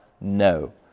No